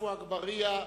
עפו אגבאריה,